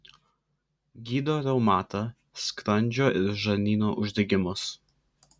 gydo reumatą skrandžio ir žarnyno uždegimus